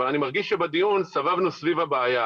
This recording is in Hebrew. אבל אני מרגיש שבדיון סבבנו סביב הבעיה.